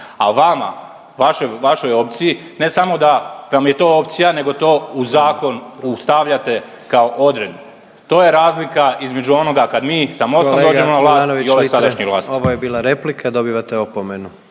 vašoj, vašoj opciji ne samo da, da vam je to opcija nego to u zakonu stavljate kao odredbu. To je razlika između onoga kad mi sa motom…/Upadica predsjednik: